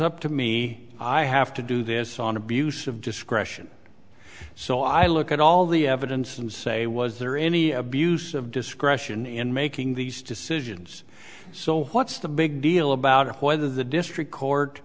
up to me i have to do this on abuse of discretion so i look at all the evidence and say was there any abuse of discretion in making these decisions so what's the big deal about whether the district court